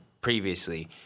previously